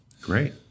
Great